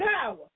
power